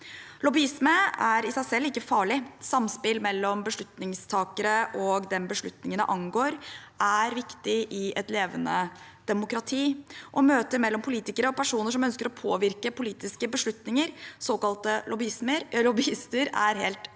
Lobbyisme er i seg selv ikke farlig. Samspill mellom beslutningstakere og dem beslutningene angår, er viktig i et levende demokrati. Møter mellom politikere og personer som ønsker å påvirke politiske beslutninger, såkalte lobbyister, er helt legitime.